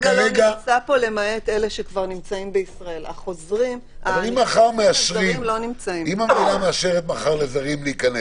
מבחינתכם כרגע- - אם מחר המדינה מאשרת לזרים להיכנס,